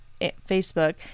Facebook